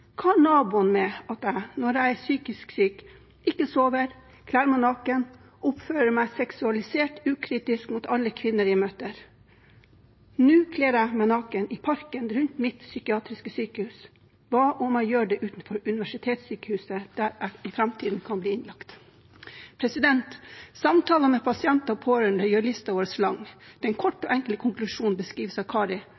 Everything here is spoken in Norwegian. Hva har naboene med at jeg, når jeg er psykisk syk, ikke sover, kler meg naken, oppfører meg seksualisert, ukritisk mot alle kvinner jeg møter? Nå kler jeg meg naken i parken rundt mitt psykiatriske sykehus. Hva om jeg gjør det utenfor universitetssykehuset, der jeg i framtiden kan bli innlagt? Samtalene med pasienter og pårørende gjør listen vår lang. Den